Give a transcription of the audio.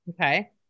Okay